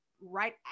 right